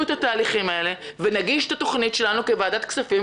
את התהליכים האלה ונגיש את התוכנית שלנו כוועדת כספים,